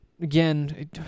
Again